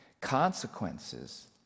consequences